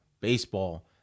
baseball